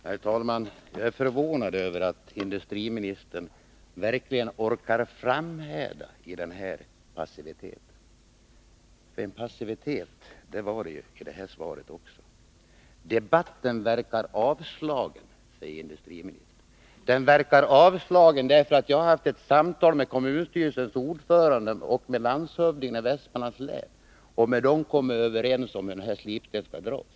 Herr talman! Jag är förvånad över att industriministern verkligen orkar framhärda i den här passiviteten. Det var passivitet också i svaret. Debatten verkar avslagen, säger industriministern, därför att han har haft samtal med kommunstyrelsens ordförande och med landshövdingen i Västmanlands län och med dem kommit överens om hur slipstenen skall dras.